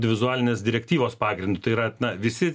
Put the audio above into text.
vizualinės direktyvos pagrindu tai yra na visi